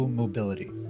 mobility